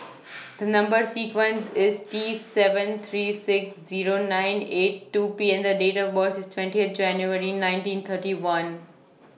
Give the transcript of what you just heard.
The Number sequence IS T seven three six Zero nine eight two P and The Date of birth IS twentieth January nineteen thirty one